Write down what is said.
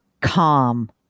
calm